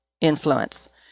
influence